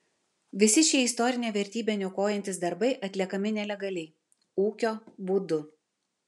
visi šie istorinę vertybę niokojantys darbai atliekami nelegaliai ūkio būdu